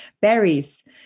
berries